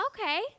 Okay